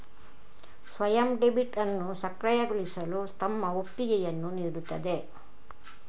ಸ್ವಯಂ ಡೆಬಿಟ್ ಅನ್ನು ಸಕ್ರಿಯಗೊಳಿಸಲು ತಮ್ಮ ಒಪ್ಪಿಗೆಯನ್ನು ನೀಡುತ್ತದೆ